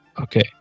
Okay